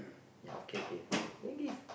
ya okay okay then give